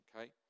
okay